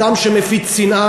אדם שמפיץ שנאה,